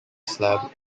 slab